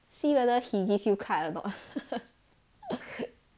see whether he gave you card or not